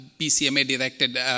BCMA-directed